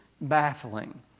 baffling